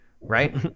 right